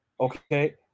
okay